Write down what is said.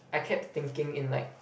I kept thinking in like